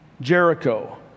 Jericho